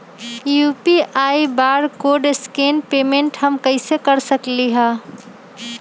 UPI barcode scan payment हम कईसे कर सकली ह?